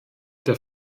der